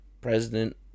president